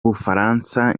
bufaransa